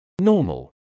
Normal